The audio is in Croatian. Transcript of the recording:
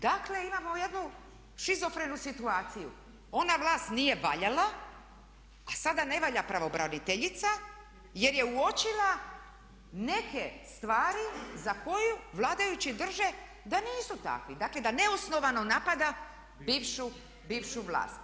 Dakle imamo jednu šizofrenu situaciju, ona vlast nije valjala a sada ne valja pravobraniteljica jer je uočila neke stvari za koje vladajući drže da nisu takvi, dakle da neosnovano napada bivšu vlast.